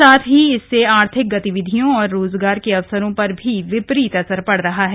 साथ ही इससे आर्थिक गतिविधियों और रोजगार के अवसरों पर भी विपरीत असर पड रहा है